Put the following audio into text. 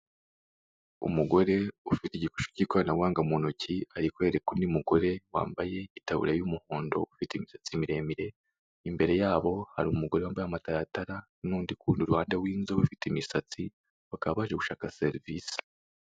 Umugore ufite igikoresho cy'ikoranabuhanga mu ntoki ari kwereka undi mugore wambaye itaburiya y'umuhondo ufite imisatsi miremire, imbere yabo hari umugore wambaye amataratara n'undi ku rundi ruhande w'inzobe ufite imisatsi bakaba baje gushaka serivise.